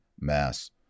mass